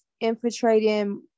infiltrating